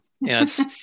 yes